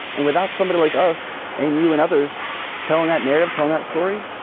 and without somebody like us and you and others telling that narrative telling that story,